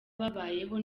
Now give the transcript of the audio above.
babayeho